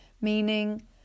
meaning